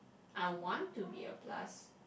I want to be a plus